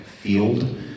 field